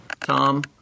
Tom